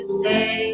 say